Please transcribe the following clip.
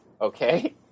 okay